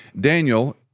Daniel